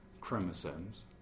chromosomes